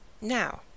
now